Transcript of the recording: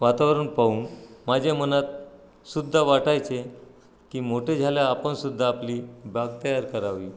वातावरण पाहून माझ्या मनातसुद्धा वाटायचे की मोठे झाल्यावर आपणसुद्धा आपली बाग तयार करावी